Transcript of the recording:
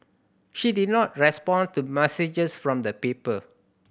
she did not respond to messages from the paper